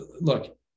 look